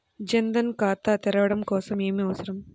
జన్ ధన్ ఖాతా తెరవడం కోసం ఏమి అవసరం?